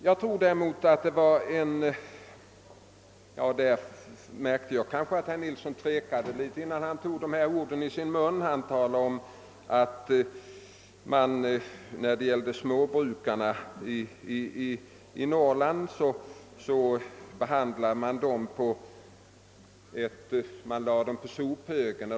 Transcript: Jag märkte att herr Nilsson i Tvärålund tvekade litet innan han sade att småbrukarna i Norrland läggs på sophögen.